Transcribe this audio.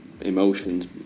emotions